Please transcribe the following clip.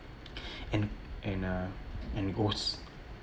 and and uh and ghosts